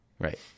Right